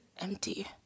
empty